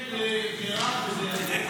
הגזמתם.